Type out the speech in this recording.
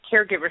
caregivers